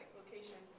location